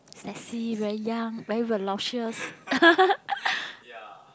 sexy very young very voluptuous